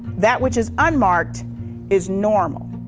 that which is unmarked is normal.